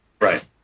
Right